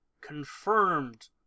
confirmed